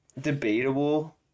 debatable